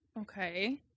Okay